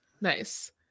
nice